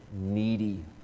needy